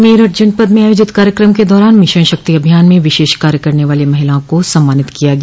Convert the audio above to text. मेरठ जनपद में आयोजित कार्यक्रम के दौरान मिशन शक्ति अभियान में विशेष कार्य करने वाली महिलाओं को सम्मानित किया गया